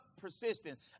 persistence